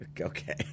Okay